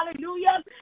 Hallelujah